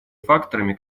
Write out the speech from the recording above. факторами